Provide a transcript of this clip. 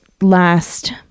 last